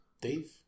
Dave